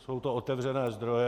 Jsou to otevřené zdroje.